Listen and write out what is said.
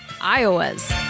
Iowa's